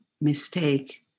mistake